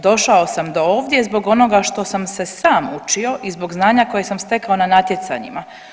Došao sam do ovdje zbog onoga što sam se sam učio i zbog znanja koje sam stekao na natjecanjima.